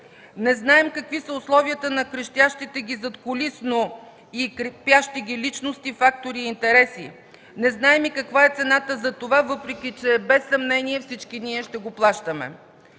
Не знаем какви са условията на крещящите задкулисно и крепящите ги личности, фактори и интереси. Не знаем и каква е цената за това, въпреки че без съмнение всички ние ще я плащаме.